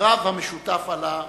רב המשותף על המפריד.